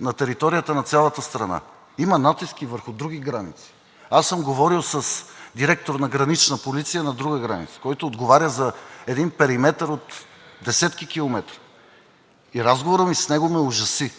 на територията на цялата страна. Има натиск и върху други граници. Аз съм говорил с директор на Гранична полиция на друга граница, който отговаря за един периметър от десетки километри, и разговорът ми с него ме ужаси!